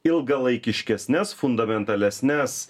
ilgalaikiškesnes fundamentalesnes